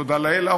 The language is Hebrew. תודה לאל,